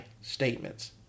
statements